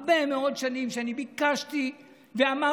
הרבה מאוד שנים שאני ביקשתי ואמרתי.